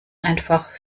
einfach